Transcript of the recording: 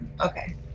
Okay